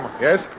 Yes